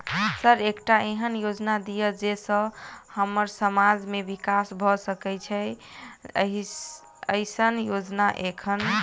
Sir एकटा एहन योजना दिय जै सऽ हम्मर समाज मे विकास भऽ सकै छैय एईसन योजना एखन?